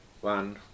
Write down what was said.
one